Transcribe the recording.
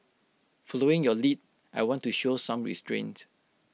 following your lead I want to show some restraint